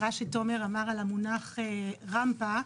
על המונח רמפה.